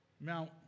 Now